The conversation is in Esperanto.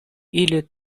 ili